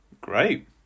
Great